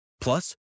Plus